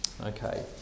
Okay